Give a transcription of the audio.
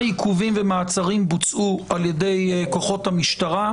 עיכובים ומעצרים בוצעו על ידי כוחות המשטרה,